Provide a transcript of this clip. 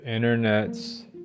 internet's